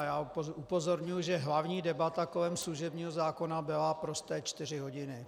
Já ho pozorňuji, že hlavní debata kolem služebního zákona byla prosté čtyři hodiny.